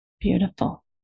Beautiful